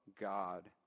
God